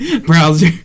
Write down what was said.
Browser